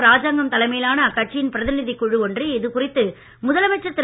ராஜங்கம் தலைமையிலான அக்கட்சியின் பிரதிநிதிக் குழு ஒன்று இது குறித்து முதலமைச்சர் திரு